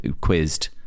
quizzed